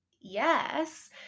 yes